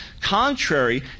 contrary